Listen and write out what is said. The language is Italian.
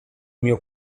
mio